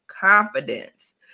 confidence